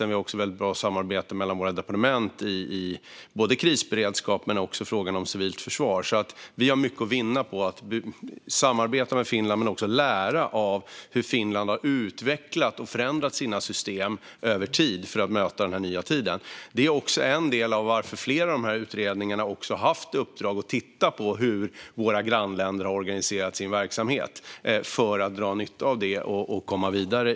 Vi har också ett väldigt bra samarbete mellan våra departement, såväl när det gäller krisberedskap som när det gäller frågan om civilt försvar. Vi har mycket att vinna både på att samarbeta med Finland och på att lära av hur Finland har utvecklat och förändrat sina system över tid för att möta den nya tiden. Detta är också en del av varför flera av dessa utredningar har haft i uppdrag att titta på hur våra grannländer har organiserat sin verksamhet för att dra nytta av det och komma vidare.